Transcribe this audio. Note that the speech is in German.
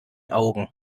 augen